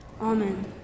Amen